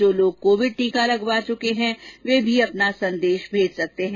जो लोग कोविड टीका लगवा चुके हैं वे भी अपना संदेश भेज सकते हैं